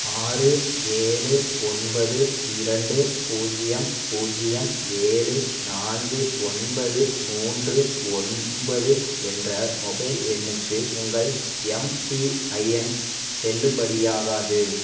ஆறு ஏழு ஒன்பது இரண்டு பூஜ்ஜியம் பூஜ்ஜியம் ஏழு நான்கு ஒன்பது மூன்று ஒன்பது என்ற மொபைல் எண்ணுக்கு உங்கள் எம்பிஐஎன் செல்லுபடியாகாது